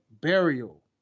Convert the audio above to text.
burial